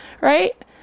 Right